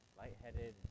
lightheaded